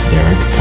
Derek